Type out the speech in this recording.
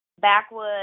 backwoods